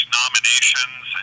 nominations